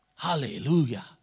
Hallelujah